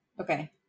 Okay